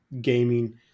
gaming